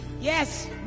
Yes